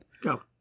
Go